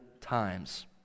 times